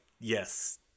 yes